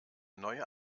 neue